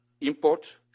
import